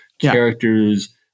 characters